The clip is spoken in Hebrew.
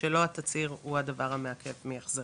שלא התצהיר הוא הדבר המעכב מהחזרים,